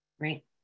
right